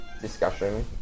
discussion